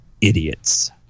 idiots